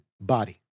body